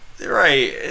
right